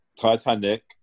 Titanic